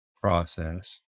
process